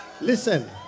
Listen